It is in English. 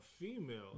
female